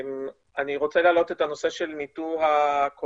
אני רוצה להעלות את הנושא של ניטור הקורונה